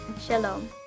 Shalom